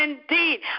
indeed